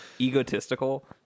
egotistical